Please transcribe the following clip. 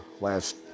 last